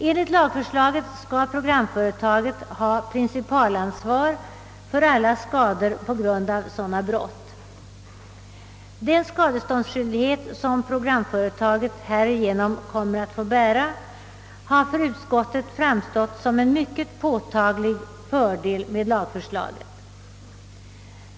Enligt lagförslaget skall programföretaget ha principalansvar för alla skador på grund av sådana brott. Den skadeståndsskyldighet som programföretaget härigenom kommer att få bära har för utskottet framstått som en mycket påtaglig fördel.